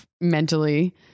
mentally